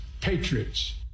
Patriots